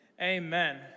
Amen